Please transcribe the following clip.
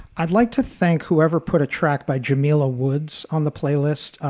i'd like to thank whoever put a track by jamila woods on the playlist.